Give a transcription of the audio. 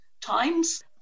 times